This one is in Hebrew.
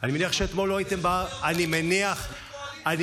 בועז, אף אחד מהליכוד לא נמצא לשמוע.